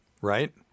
right